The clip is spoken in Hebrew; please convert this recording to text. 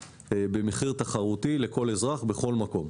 במחיר תחרותי לכל אזרח בכל מקום.